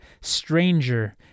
stranger